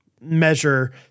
measure